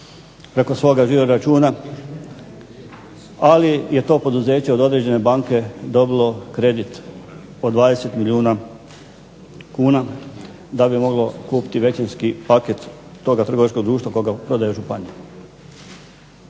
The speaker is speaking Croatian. preko svoga žiro računa. Ali je to poduzeće od određene banke dobilo kredit od 20 milijuna kuna da bi moglo kupiti većinski paket toga trgovačkog društva koga prodaje županija.